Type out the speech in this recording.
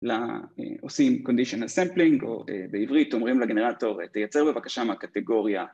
לעושים conditional sampling, או בעברית אומרים לגנרטור תייצר בבקשה מהקטגוריה